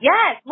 Yes